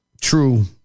True